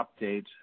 update